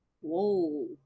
Whoa